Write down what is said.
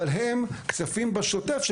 אבל הם כספים בשוטף,